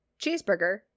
cheeseburger